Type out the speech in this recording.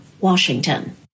Washington